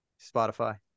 Spotify